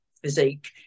physique